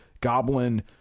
goblin